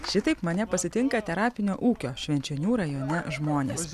šitaip mane pasitinka terapinio ūkio švenčionių rajone žmonės